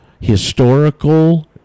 Historical